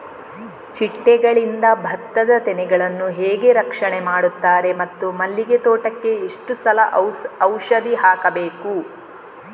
ಚಿಟ್ಟೆಗಳಿಂದ ಭತ್ತದ ತೆನೆಗಳನ್ನು ಹೇಗೆ ರಕ್ಷಣೆ ಮಾಡುತ್ತಾರೆ ಮತ್ತು ಮಲ್ಲಿಗೆ ತೋಟಕ್ಕೆ ಎಷ್ಟು ಸಲ ಔಷಧಿ ಹಾಕಬೇಕು?